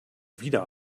wieder